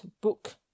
book